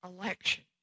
election